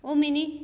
omni